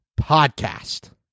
podcast